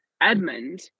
Edmund